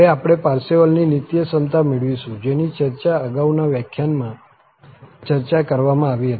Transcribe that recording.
હવે આપણે પારસેવલની નિત્યસમતા મેળવીશું જેની ચર્ચા અગાઉના વ્યાખ્યાનમાં ચર્ચા કરવામાં આવી હતી